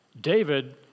David